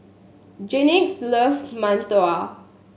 Jennings loves mantou